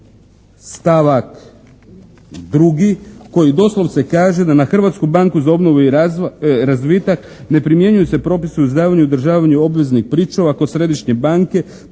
stavak 2. koji doslovce kaže da na Hrvatsku banku za obnovu i razvitak ne primjenjuju se propisi o izdavanju i održavanju obveznih pričuva kod središnje banke